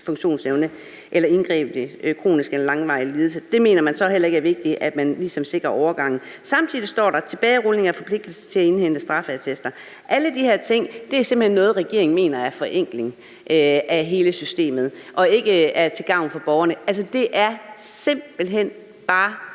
funktionsevne eller indgreb ved kronisk eller langvarig lidelse. Der mener man så heller ikke, det er vigtigt ligesom at sikre overgangen. Samtidig står der: Tilbagerulning af forpligtelse til at indhente straffeattester. Alle de her ting er simpelt hen noget, som regeringen mener er en forenkling af hele systemet, og som ikke er til gavn for borgerne. Altså, det er simpelt hen bare